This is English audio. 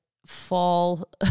fall